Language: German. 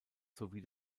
sowie